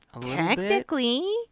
Technically